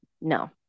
No